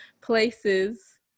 places